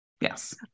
Yes